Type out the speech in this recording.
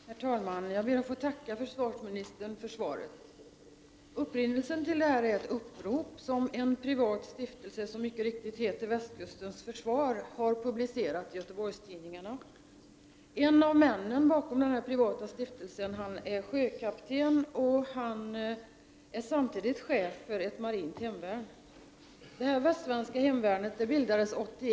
Herr talman! Jag ber att få tacka försvarsministern för svaret. Upprinnelsen till min fråga är ett upprop som en privat stiftelse, som mycket riktigt heter Västkustens försvar, har publicerat i Göteborgstidningarna. En av männen bakom denna privata stiftelse är sjökapten och samtidigt chef för ett marint hemvärn.